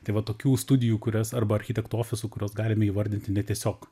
tai va tokių studijų kurias arba architekt ofisų kuriuos galime įvardyti ne tiesiog